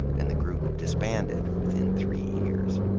and the group disbanded within three years.